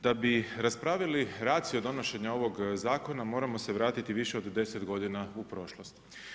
Da bi raspravili ratio donošenja ovog zakona moramo se vratiti više od deset godina u prošlost.